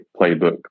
playbook